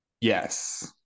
yes